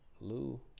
Lou